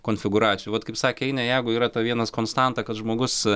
konfigūracijų vat kaip sakė ainė jeigu yra ta vienas konstanta kad žmogus